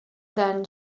than